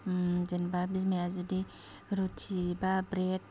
जेन'बा बिमाया जुदि रुथि बा ब्रेद